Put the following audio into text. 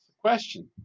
question